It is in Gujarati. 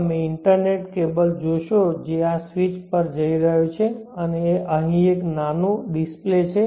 તમે ઇન્ટરનેટ કેબલ જોશો જે આ સ્વિચ પર જઈ રહ્યું છે અને અહીં એક નાનું ડિસ્પ્લે છે